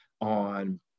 on